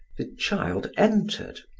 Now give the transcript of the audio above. the child entered,